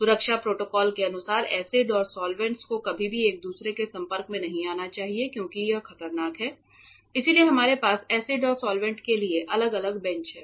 सुरक्षा प्रोटोकॉल के अनुसार एसिड और सॉल्वैंट्स को कभी भी एक दूसरे के संपर्क में नहीं आना चाहिए क्योंकि यह खतरनाक है इसलिए हमारे पास एसिड और सॉल्वैंट्स के लिए अलग अलग बेंच हैं